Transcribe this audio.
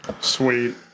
Sweet